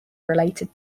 related